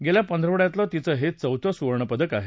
गेल्या पंधरवडाभरातल तिचं हे चौथं सुवर्णपदक आहे